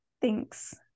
thanks